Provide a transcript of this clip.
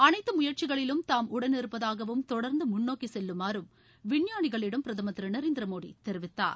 அனைத்து முயற்சிகளிலும் தாம் உடனிருப்பதாகவும் தொடர்ந்து முன்னோக்கி செல்லுமாறும் விஞ்ஞானிகளிடம் பிரதமர் திரு மோடி தெரிவித்தார்